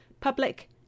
Public